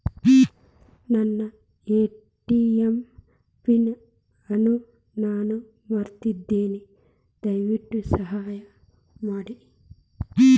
ನನ್ನ ATM PIN ಅನ್ನು ನಾನು ಮರೆತಿದ್ದೇನೆ, ದಯವಿಟ್ಟು ಸಹಾಯ ಮಾಡಿ